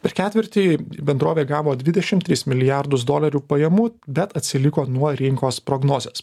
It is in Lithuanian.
per ketvirtį bendrovė gavo dvidešim tris milijardus dolerių pajamų bet atsiliko nuo rinkos prognozės